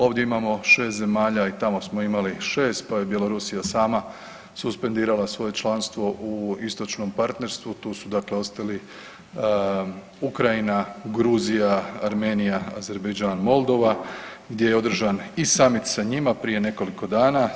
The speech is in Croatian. Ovdje imamo 6 zemalja i tamo smo imali 6 pa je Bjelorusija sam suspendirala svoje članstvo u istočnom partnerstvu, tu su dakle ostali Ukrajina, Gruzija, Armenija, Azerbajdžan, Moldova, gdje je održan i samit sa njima prije nekoliko dana.